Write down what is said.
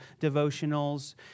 devotionals